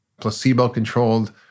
placebo-controlled